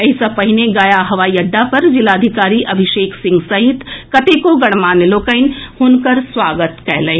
एहि सॅ पहिने गया हवाई अड्डा पर जिलाधिकारी अभिषेक सिंह सहित कतेको गणमान्य लोकनि हुनकर स्वागत कयलनि